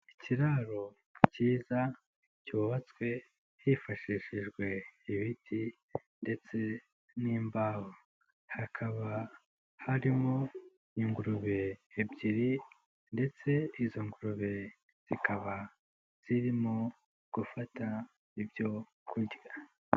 Ikiraro cyiza cyubatswe hifashishijwe ibiti ndetse n'imbaho. Hakaba harimo ingurube ebyiri ndetse izo ngurube zikaba zirimo gufata ibyo kurya.